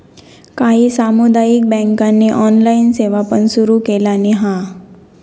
काही सामुदायिक बँकांनी ऑनलाइन सेवा पण सुरू केलानी हा